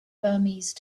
burmese